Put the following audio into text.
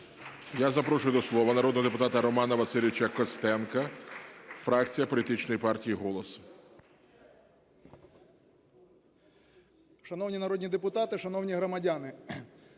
Я запрошую до слова народного депутата Романа Васильовича Костенка, фракція політичної партії "Голос". 13:23:02 КОСТЕНКО Р.В. Шановні народні депутати, шановні громадяни,